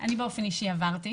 המשפחה הזאת אני באופן אישי עברתי.